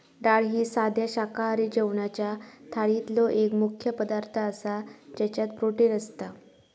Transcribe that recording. डाळ ही साध्या शाकाहारी जेवणाच्या थाळीतलो एक मुख्य पदार्थ आसा ज्याच्यात प्रोटीन असता